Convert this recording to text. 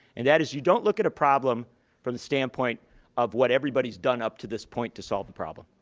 and that is you don't look at a problem from the standpoint of what everybody's done up to this point to solve the problem.